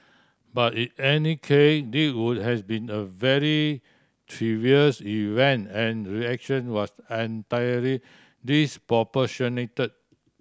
but in any K this would has been a very trivials event and reaction was entirely disproportionate